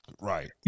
Right